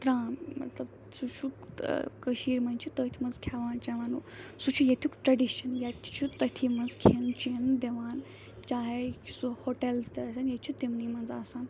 ترٛام مطلب سُہ چھُ ٲں کٔشیٖر منٛز چھِ تٔتھۍ منٛز کھیٚوان چیٚوان سُہ چھُ ییٚتیُک ٹرٛیٚڈِشَن ییٚتہِ چھُ تٔتھِے منٛز کھیٚن چیٚن دِوان چاہے سُہ ہوٹَلٕز تہِ ٲسِن ییٚتہِ چھِ تِمنٕے منٛز آسان